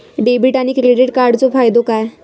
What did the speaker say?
Debit आणि credit कार्डचो फायदो काय?